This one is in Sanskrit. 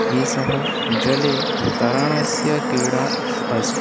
एषा जले तरणस्य क्रीडा अस्ति